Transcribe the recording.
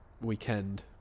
weekend